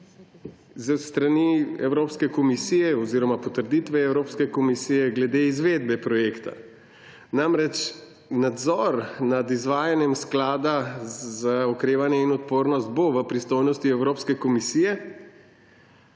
s strani Evropske komisije oziroma potrditev Evropske komisije glede izvedbe projekta. Namreč, nadzor nad izvajanjem Sklada za okrevanje in odpornost bo v pristojnosti Evropske komisije.